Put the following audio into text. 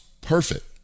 perfect